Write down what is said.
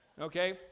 Okay